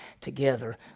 together